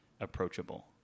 approachable